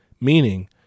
meaning